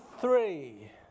three